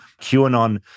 QAnon